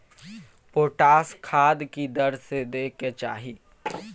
Potash खाद की दर से दै के चाही?